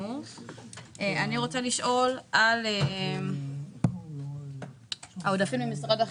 לגבי העודפים למשרד החינוך,